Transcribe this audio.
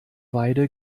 weide